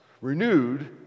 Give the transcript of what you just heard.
renewed